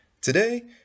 Today